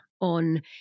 on